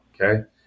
Okay